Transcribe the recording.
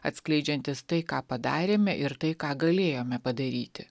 atskleidžiantis tai ką padarėme ir tai ką galėjome padaryti